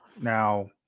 Now